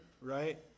right